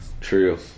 True